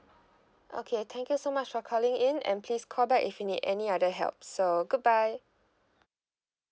okay thank you so much for calling in and please call back if you need any other help so good bye